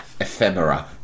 ephemera